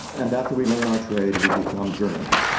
and after we learn our trade, we become journeyman.